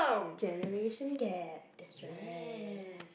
generation gap that's right